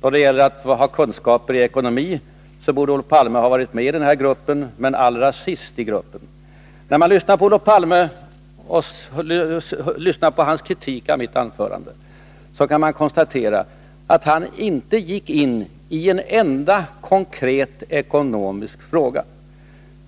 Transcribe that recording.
Då det gäller kunskaper i ekonomi borde Olof Palme ha varit med i gruppen men kommit allra sist. När man lyssnar på Oiof Palmes kritik av mitt anförande kan man konstatera att han inte gick in i en enda konkret ekonomisk fråga.